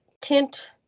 tint